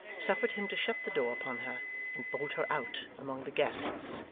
suffered him to shut the door upon her and bolt her out among the guests,